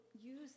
use